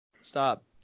Stop